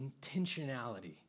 intentionality